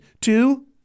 Two